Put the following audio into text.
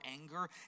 anger